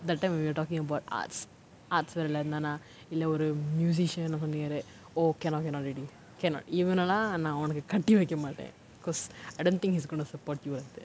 that time we were talking about arts arts வேலைல இருந்தானா இல்ல ஒரு:velaila irunthaana illa oru musician or something like that oh cannot cannot already cannot இவனெல்லாம் உனக்கு கெட்டி வைக்கமாட்டேன்:ivanellaam unakku ketti vaikkamaattaen because I don't think he's going to support you like that